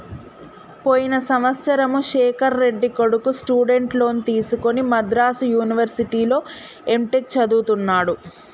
పోయిన సంవత్సరము శేఖర్ రెడ్డి కొడుకు స్టూడెంట్ లోన్ తీసుకుని మద్రాసు యూనివర్సిటీలో ఎంటెక్ చదువుతున్నడు